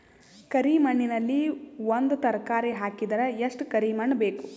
ಕರಿ ಮಣ್ಣಿನಲ್ಲಿ ಒಂದ ತರಕಾರಿ ಹಾಕಿದರ ಎಷ್ಟ ಕರಿ ಮಣ್ಣು ಬೇಕು?